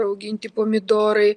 rauginti pomidorai